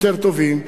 יותר טובים,